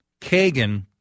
Kagan